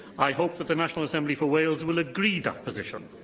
i hope that the national assembly for wales will agree that position,